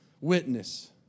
witness